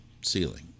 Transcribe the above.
ceiling